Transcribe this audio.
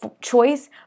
choice